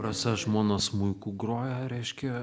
rasa žmona smuiku groja reiškia